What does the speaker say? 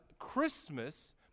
Christmas